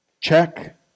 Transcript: check